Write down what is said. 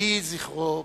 יהי זכרו ברוך.